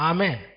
Amen